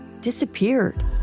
disappeared